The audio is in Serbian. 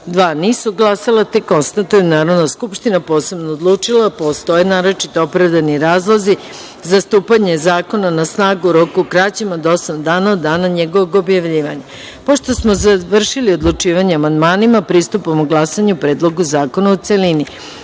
– dva poslanika. Konstatujem da je Narodna skupština posebno odlučila da postoje naročito opravdani razlozi za stupanje zakona na snagu u roku kraćem od osam dana od dana njegovog objavljivanja. Pošto smo završili odlučivanje o amandmanima, pristupamo glasanju o Predlogu zakona u